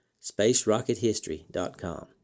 spacerockethistory.com